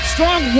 Strong